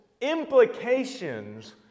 Implications